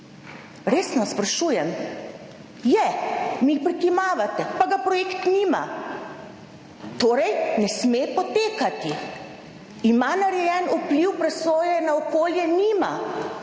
Resno sprašujem. Je. Mi prikimavate. Pa ga projekt nima. Torej, ne sme potekati. Ima narejen vpliv presoje na okolje? Nima.